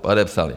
Podepsali.